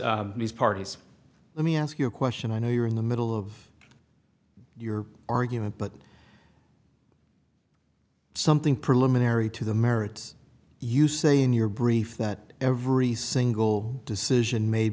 these parties let me ask you a question i know you're in the middle of your argument but something preliminary to the merits you say in your brief that every single decision made